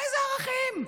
איזה ערכים?